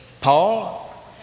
Paul